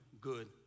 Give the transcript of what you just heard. good